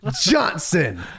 Johnson